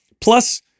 Plus